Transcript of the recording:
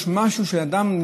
יש משהו שאדם,